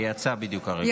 היא יצאה בדיוק כרגע.